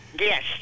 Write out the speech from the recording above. Yes